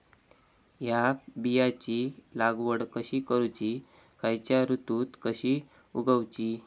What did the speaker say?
हया बियाची लागवड कशी करूची खैयच्य ऋतुत कशी उगउची?